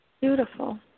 Beautiful